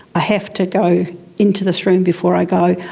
i have to go into this room before i go,